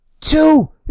two